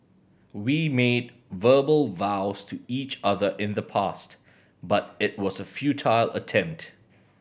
we made verbal vows to each other in the past but it was a futile attempt